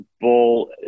ball